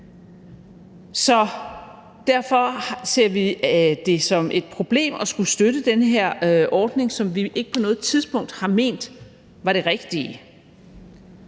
Så derfor ser vi det som et problem at skulle støtte den her ordning, som vi ikke på noget tidspunkt har ment var den rigtige.